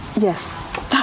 yes